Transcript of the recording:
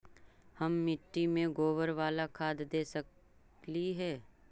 हम मिट्टी में गोबर बाला खाद दे सकली हे का?